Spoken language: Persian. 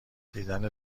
دیدن